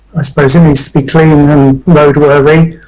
i suppose in need to be clean roadworthy,